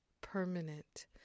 permanent